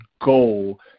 goal